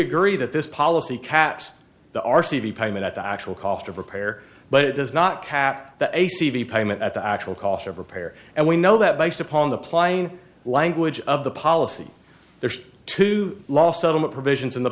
agree that this policy caps the r c b payment at the actual cost of repair but it does not cap the a c v payment at the actual cost of repair and we know that based upon the plain language of the policy there are two law settlement provisions in the